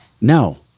no